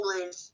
English